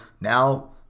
now